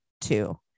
two